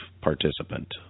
participant